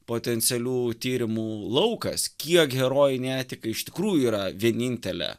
potencialių tyrimų laukas kiek herojinė etika iš tikrųjų yra vienintelė